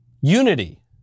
Unity